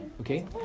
okay